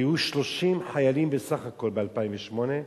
היו 30 חיילים בסך הכול ב-2008,